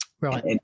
right